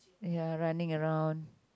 !aiya! running around